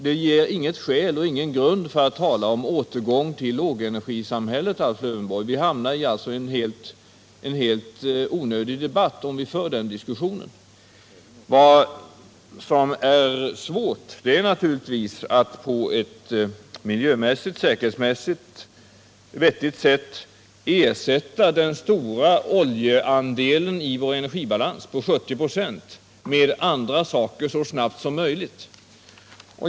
Det ger inget skäl och ingen grund för att tala om återgång till lågenergisamhället, Alf Lövenborg. Vi hamnar alltså i en helt onödig debatt, om vi för den diskussionen. Vad som är svårt är att på ett miljömässigt och säkerhetsmässigt vettigt sätt ersätta den stora oljeandelen i vår energibalans på 70 926 med andra energikällor så snabbt som möjligt.